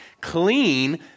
clean